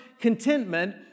contentment